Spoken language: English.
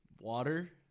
water